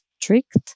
strict